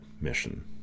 mission